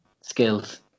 skills